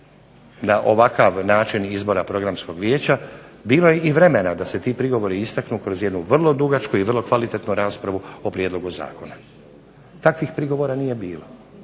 na ovakav način izbora Programskog vijeća bilo je i vremena da se ti prigovori istaknu kroz jednu vrlo dugačku i vrlo kvalitetnu raspravu o prijedlogu zakona. Takvih prigovora nije bilo.